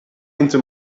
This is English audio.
into